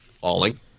falling